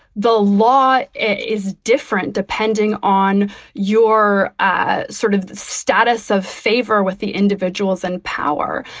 the law is different, depending on your ah sort of status of favor with the individuals in power.